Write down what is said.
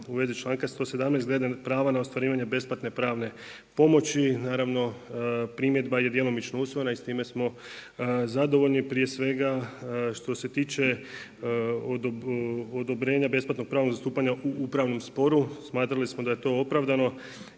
u vezi članka 117. glede prava na ostvarivanje besplatne pravne pomoći. Naravno, primjedba je djelomično usvojena i s time smo zadovoljni, prije svega što se tiče odobrenja besplatnog pravnog zastupanja u upravnom sporu, smatrali smo da je to opravdano